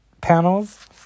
panels